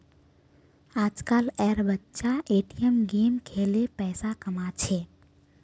आजकल एर बच्चा ए.टी.एम गेम खेलें पैसा कमा छे